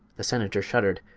the senator shuddered.